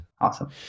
awesome